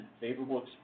favorable